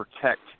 protect